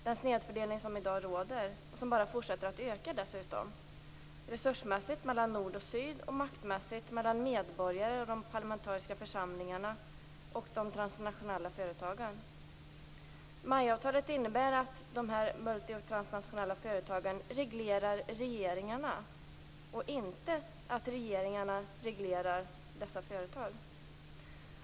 Denna snedfördelning fortsätter bara att öka resursmässigt mellan nord och syd, och maktmässigt mellan medborgare och de parlamentariska församlingarna och de transnationella företagen. MAI-avtalet innebär att de multinationella och transnationella företagen reglerar regeringarna, och inte att regeringarna reglerar dessa företag.